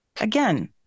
Again